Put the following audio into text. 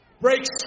breaks